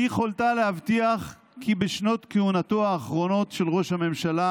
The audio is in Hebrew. ביכולתה להבטיח כי בשנות כהונתו האחרונות של ראש הממשלה